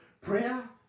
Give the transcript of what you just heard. prayer